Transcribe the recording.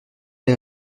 les